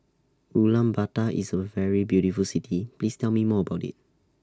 Ulaanbaatar IS A very beautiful City Please Tell Me More about IT